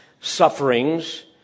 sufferings